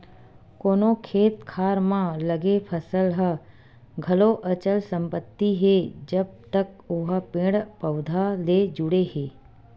कोनो खेत खार म लगे फसल ह घलो अचल संपत्ति हे जब तक ओहा पेड़ पउधा ले जुड़े हे